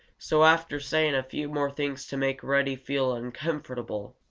so, after saying a few more things to make reddy feel uncomfortable,